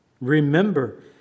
Remember